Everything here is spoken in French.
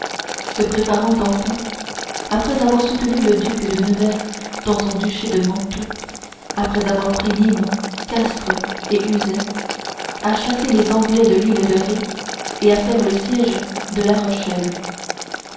se préparant enfin après avoir soutenu le duc de nevers dans son duché de mantoue après avoir pris nîmes castres et uzès à chasser les anglais de l'île de ré et à faire le siège de la rochelle